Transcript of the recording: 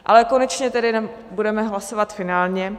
Ale konečně tedy budeme hlasovat finálně.